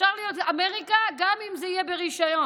אפשר להיות אמריקה גם אם זה יהיה ברישיון,